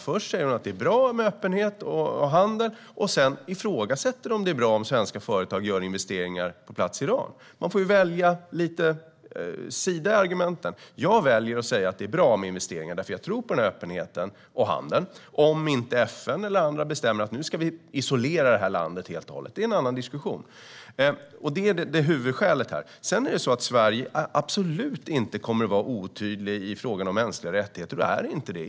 Först säger hon att det är bra med öppenhet och handel, men sedan ifrågasätter hon om det är bra att svenska företag gör investeringar på plats i Iran. Man får ju välja sida i argumenten. Jag väljer att säga att det är bra med investeringar eftersom jag tror på öppenhet och handel - om inte FN eller andra bestämmer att landet ska isoleras, men det är en annan diskussion. Sverige kommer absolut inte att vara otydligt i fråga om mänskliga rättigheter. Vi är inte det.